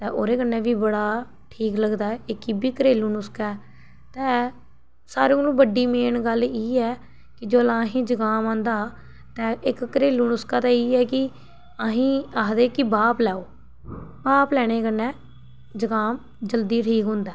ते ओह्दे कन्नै बी बड़ा ठीक लगदा ऐ इक एह् बी घरेलू नुस्का ऐ ते सारे कोलां बड्डी मेन गल्ल इयै कि जोल्लै अहें गी जकाम आंदा ते इक घरेलू नुस्का ते इ'यै कि अहें गी आखदे कि भाप लैओ भाप लैने कन्नै जकाम जल्दी ठीक होंदा ऐ